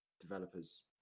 developers